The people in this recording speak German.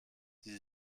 die